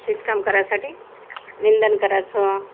शेतकाम करायसाठी निंदण करायचं